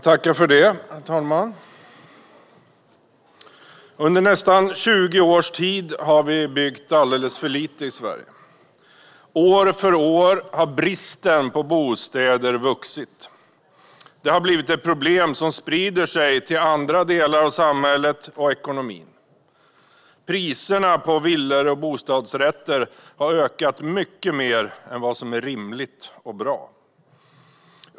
Herr talman! Under nästan 20 års tid har vi byggt alldeles för lite i Sverige. År för år har bristen på bostäder vuxit. Det har blivit ett problem som sprider sig till andra delar av samhället och ekonomin. Priserna på villor och bostadsrätter har ökat mycket mer än vad som är rimligt och bra.